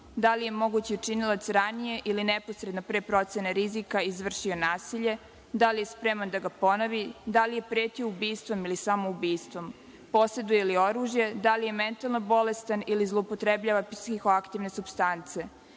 da li je mogući učinilac ranije ili neposredno pre procene rizika izvršio nasilje, da li je spreman da ga ponovi, da li je pretio ubistvom ili samoubistvom, poseduje li oružje, da li je mentalno bolestan ili zloupotrebljava psihoaktivne supstance,